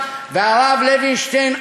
והרב לוינשטיין,